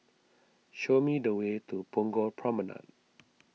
show me the way to Punggol Promenade